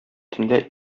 төнлә